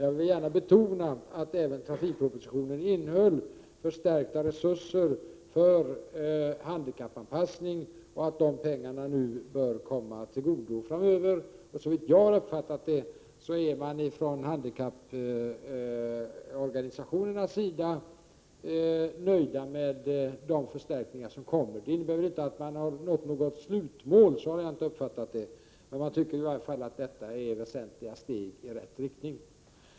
Jag vill gärna betona att även trafikpropositionen innehöll förstärkta resurser för handikappanpassning och att de pengarna bör komma till godo framöver. Såvitt jag har uppfattat det är man från handikapporganisationernas sida nöjd med de förstärkningar som kommer. Det innebär ju inte att vi har nått något slutmål, men man tycker i alla fall att detta är väsentliga steg i rätt riktning.